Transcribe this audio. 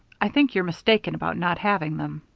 i think you're mistaken about not having them.